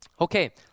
Okay